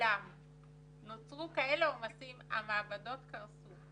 כולם מהווים מערכת טובה,